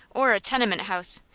or a tenement house,